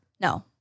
No